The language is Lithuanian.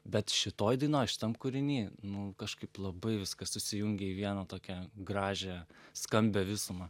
bet šitoj dainoj šitam kūriny nu kažkaip labai viskas susijungia į vieną tokią gražią skambią visumą